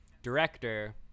Director